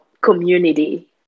community